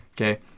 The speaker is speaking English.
Okay